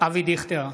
אבי דיכטר,